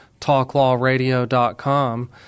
talklawradio.com